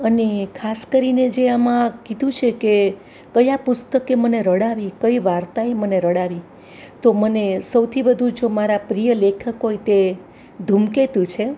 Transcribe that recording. અને ખાસ કરીને જે આમાં કીધું છેકે ક્યાં પુસ્તકે મને રડાવી કઈ વાર્તાએ મને રડાવી તો મને સૌથી વધુ જો મારા પ્રિય લેખક હોય તે ધૂમકેતુ છે